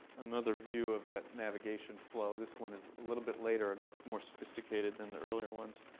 another view of that navigation flow. this one is a little bit later and much more sophisticated than the earlier ones.